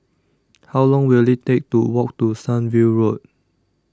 How Long Will IT Take to Walk to Sunview Road